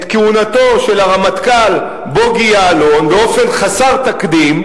כהונתו של הרמטכ"ל בוגי יעלון באופן חסר תקדים,